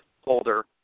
holder